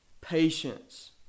patience